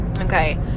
Okay